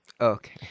Okay